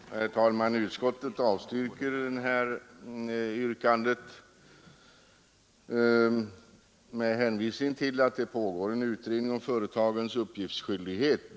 Herr talman! Utskottet avstyrker den här motionen med hänvisning till att det pågår en utredning om företagens uppgiftsskyldighet.